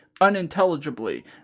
unintelligibly